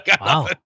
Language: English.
Wow